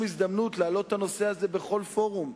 הזדמנות להעלות את הנושא הזה בכל פורום,